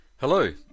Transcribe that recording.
Hello